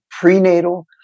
prenatal